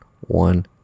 One